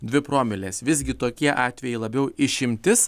dvi promiles visgi tokie atvejai labiau išimtis